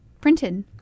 printed